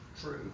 True